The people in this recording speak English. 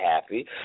happy